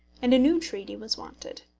and a new treaty was wanted.